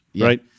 right